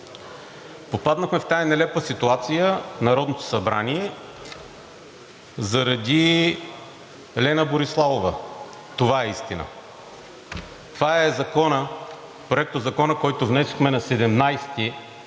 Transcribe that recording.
Попаднахме в тази нелепа ситуация в Народното събрание заради Лена Бориславова. Това е истината. Това е Законопроектът, който внесохме на 17